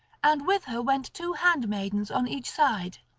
and with her went two handmaidens on each side.